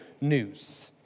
news